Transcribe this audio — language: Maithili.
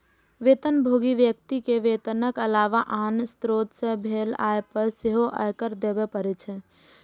वेतनभोगी व्यक्ति कें वेतनक अलावा आन स्रोत सं भेल आय पर सेहो आयकर देबे पड़ै छै